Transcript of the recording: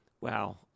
wow